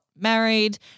married